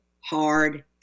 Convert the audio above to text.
hard